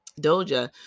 Doja